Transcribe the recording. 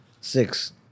six